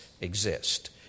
exist